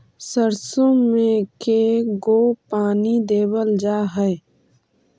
सरसों में के गो पानी देबल जा है?